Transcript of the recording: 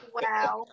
Wow